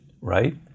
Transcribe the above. right